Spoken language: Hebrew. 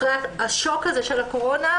אחרי השוק של הקורונה,